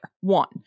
One